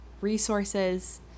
resources